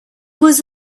was